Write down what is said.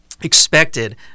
expected